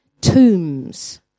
tombs